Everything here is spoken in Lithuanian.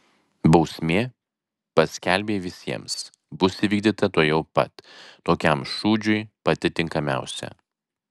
bausmė paskelbei visiems bus įvykdyta tuojau pat tokiam šūdžiui pati tinkamiausia